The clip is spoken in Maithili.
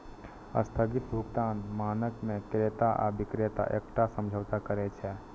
स्थगित भुगतान मानक मे क्रेता आ बिक्रेता एकटा समझौता करै छै